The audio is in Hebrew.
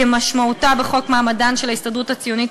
כמשמעותה בחוק מעמדן של ההסתדרות הציונית